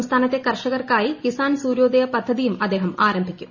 സംസ്ഥാനത്തെ കർഷകർക്കായി കിസാൻ സൂര്യോദയ പദ്ധതിയും അദ്ദേഹം ആരംഭിക്കും